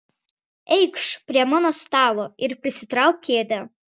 eikš prie mano stalo ir prisitrauk kėdę